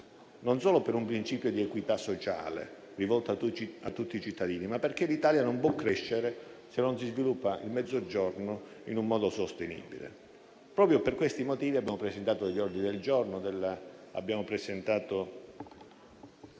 non solo per un principio di equità sociale rivolta a tutti i cittadini, ma perché l'Italia non può crescere se non si sviluppa il Mezzogiorno in modo sostenibile. Proprio per questi motivi abbiamo presentato ordini del giorno ed emendamenti